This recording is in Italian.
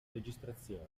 registrazioni